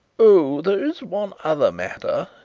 oh, there's one other matter,